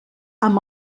amb